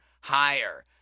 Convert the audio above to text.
higher